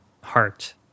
heart